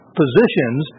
positions